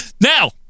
Now